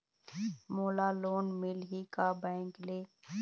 मोला लोन मिलही का बैंक ले?